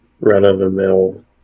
run-of-the-mill